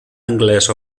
anglès